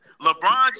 LeBron